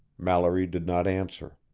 mallory did not answer.